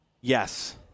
yes